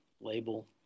label